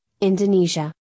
Indonesia